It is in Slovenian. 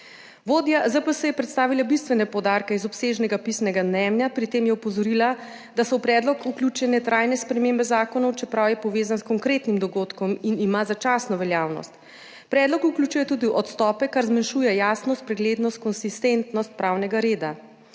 Vodja ZPS je predstavila bistvene poudarke iz obsežnega pisnega mnenja. Pri tem je opozorila, da so v predlog vključene trajne spremembe zakonov, čeprav je povezan s konkretnim dogodkom in ima začasno veljavnost. Predlog vključuje tudi odstope, kar zmanjšuje jasnost, preglednost, konsistentnost pravnega reda.